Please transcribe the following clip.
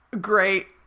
Great